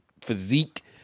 physique